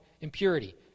impurity